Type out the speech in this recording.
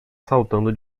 saltando